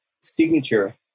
signature